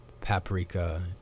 Paprika